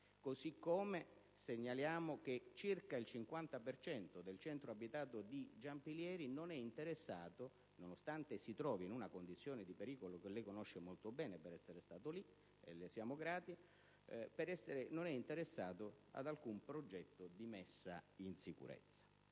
modo segnaliamo che circa il 50 per cento del centro abitato di Giampilieri, nonostante si trovi in una condizione di pericolo che lei conosce molto bene per essere stato lì (e di questo le siamo grati), non è interessato da alcun progetto di messa in sicurezza.